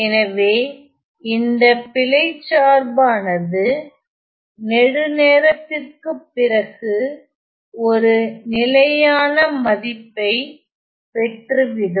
எனவே இந்தபிழைச் சார்பு ஆனது நெடுநேரத்திற்கு பிறகு ஒரு நிலையான மதிப்வை பெற்றுவிடும்